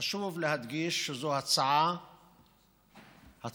חשוב להדגיש שזו הצעת חוק